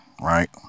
right